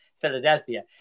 Philadelphia